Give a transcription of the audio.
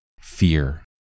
fear